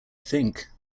think